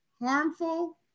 harmful